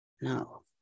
No